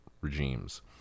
regimes